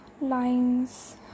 lines